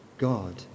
God